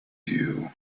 you